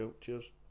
cheers